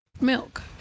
milk